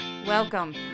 Welcome